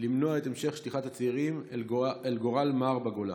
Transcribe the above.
למנוע את המשך שליחת הצעירים אל גורל מר בגולה?